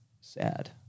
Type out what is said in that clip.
sad